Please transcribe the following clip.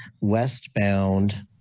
westbound